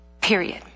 Period